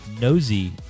nosy